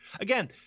Again